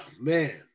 man